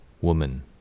woman